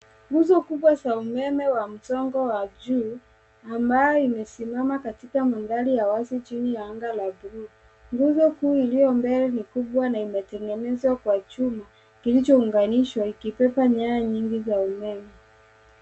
Nguzo kubwa za umeme wa msongo wa juu ambayo imesimama katika mandhari ya wazi chini ya anga la bluu. Nguzo kuu iliyo mbele ni kubwa na imetengenezwa kwa chuma kilichounganishwa ikibeba nyaya nyingi za umeme.